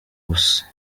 busa